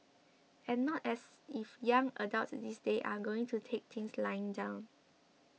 and not as if young adults these days are going to take things lying down